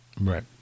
Right